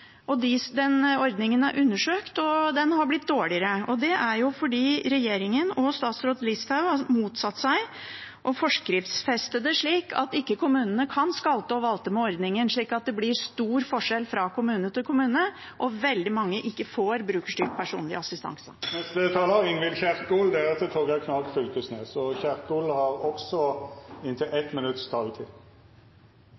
Ordningen er undersøkt – den er blitt dårligere. Det er fordi regjeringen og statsråd Listhaug har motsatt seg å forskriftsfeste det for at kommunene ikke skal kunne skalte og valte med ordningen, slik at det blir stor forskjell fra kommune til kommune og veldig mange ikke får brukerstyrt personlig assistanse. Representanten Ingvild Kjerkol har hatt ordet to gonger tidlegare og